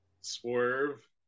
Swerve